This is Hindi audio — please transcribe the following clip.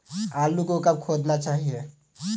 आलू को कब खोदना चाहिए?